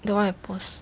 the one I post